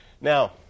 Now